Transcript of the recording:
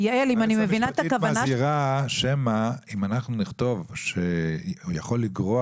היועצת המשפטית מסבירה שמא אם אנחנו נכתוב שהוא יכול לגרוע